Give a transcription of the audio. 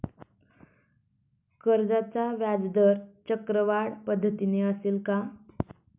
कर्जाचा व्याजदर चक्रवाढ पद्धतीने असेल का?